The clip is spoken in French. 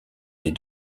des